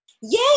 Yay